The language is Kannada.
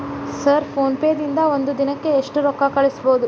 ಸರ್ ಫೋನ್ ಪೇ ದಿಂದ ಒಂದು ದಿನಕ್ಕೆ ಎಷ್ಟು ರೊಕ್ಕಾ ಕಳಿಸಬಹುದು?